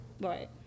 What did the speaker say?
Right